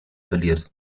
verliert